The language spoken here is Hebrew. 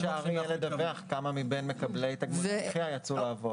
הרי צריכים לדווח כמה מבין מקבלי תגמולי נכה יצאו לעבוד.